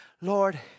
Lord